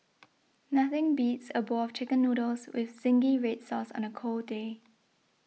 nothing beats a bowl of Chicken Noodles with Zingy Red Sauce on a cold day